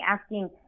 asking